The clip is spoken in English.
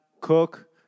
cook